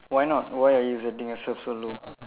why not why are you setting yourself so low